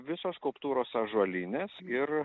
visos skulptūros ąžuolinės ir